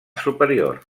superior